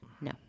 No